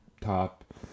top